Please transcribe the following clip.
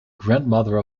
grandmother